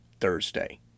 Thursday